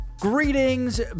Greetings